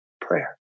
prayer